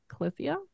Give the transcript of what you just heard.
Clithia